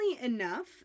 enough